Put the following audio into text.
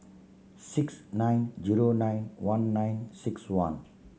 six nine zero nine one nine six one